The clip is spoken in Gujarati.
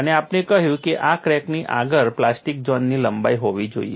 અને આપણે કહ્યું કે આ ક્રેકની આગળ પ્લાસ્ટિક ઝોનની લંબાઈ હોવી જોઈએ